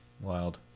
Wild